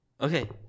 Okay